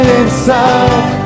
inside